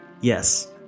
Yes